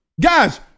Guys